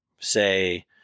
say